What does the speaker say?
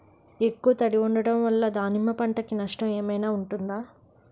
ఎక్కువ తడి ఉండడం వల్ల దానిమ్మ పంట కి నష్టం ఏమైనా ఉంటుందా?